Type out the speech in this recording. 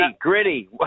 gritty